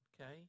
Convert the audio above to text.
okay